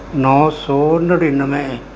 ਨੌ ਸੌ ਨੜਿਨਵੇਂ